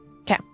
Okay